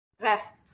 rest